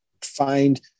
find